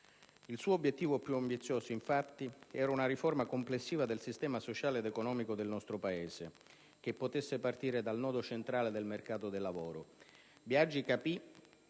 Il suo obiettivo più ambizioso, infatti, era una riforma complessiva del sistema sociale ed economico del nostro Paese, che potesse partire dal nodo centrale del mercato del lavoro. Biagi capì